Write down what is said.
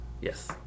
yes